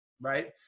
Right